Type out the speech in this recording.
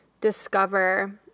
discover